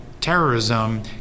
terrorism